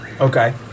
Okay